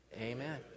amen